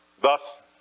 Thus